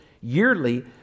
yearly